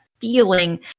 feeling